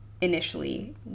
initially